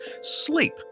sleep